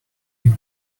you